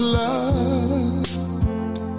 loved